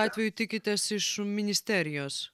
atveju tikitės iš ministerijos